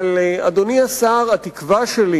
אבל, אדוני השר, התקווה שלי